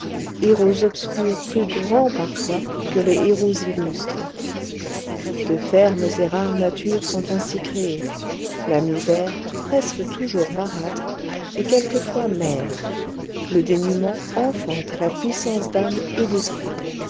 héros obscurs plus grands parfois que les héros illustres de fermes et rares natures sont ainsi créées la misère presque toujours marâtre est quelquefois mère le dénûment enfante la puissance d'âme et d'esprit